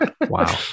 Wow